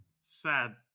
sad